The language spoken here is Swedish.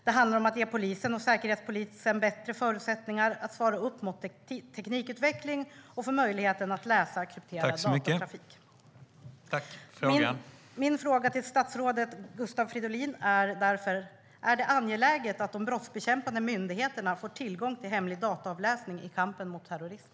Det handlar om att ge Polisen och säkerhetspolisen bättre förutsättningar för att svara upp mot teknikutveckling och för möjligheten att läsa och kryptera datatrafik. Min fråga till statsrådet Gustav Fridolin är därför: Är det angeläget att de brottsbekämpande myndigheterna får tillgång till hemlig dataavläsning i kampen mot terrorism?